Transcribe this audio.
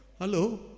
Hello